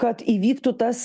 kad įvyktų tas